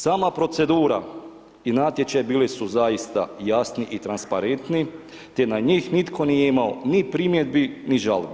Sama procedura i natječaj bili su zaista jasni i transparentni te na njih nitko nije imao ni primjedbi, ni žalbi.